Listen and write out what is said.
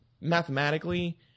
mathematically